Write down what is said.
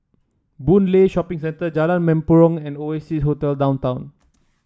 Boon Lay Shopping Centre Jalan Mempurong and Oasia Hotel Downtown